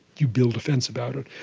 you build a fence about it,